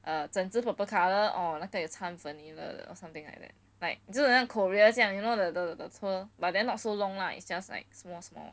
err 整只 purple colour or 那个有搀 vanilla 的 or something like that like 真的很像 korea 这样 you know the the the swirl but then not so long lah it's just like small small